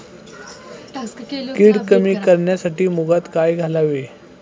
कीड कमी करण्यासाठी मुगात काय घालावे?